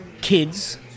kids